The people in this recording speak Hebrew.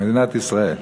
מדינת ישראל.